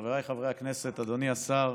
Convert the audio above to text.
חבריי חברי הכנסת, אדוני השר,